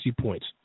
points